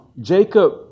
Jacob